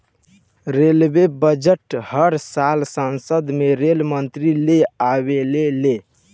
railway budget हर साल संसद में रेल मंत्री ले आवेले ले